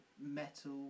metal